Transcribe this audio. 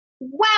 wow